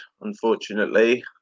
unfortunately